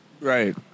Right